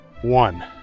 one